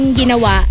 ginawa